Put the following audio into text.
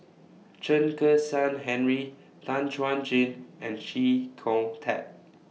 Chen Kezhan Henri Tan Chuan Jin and Chee Kong Tet